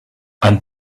and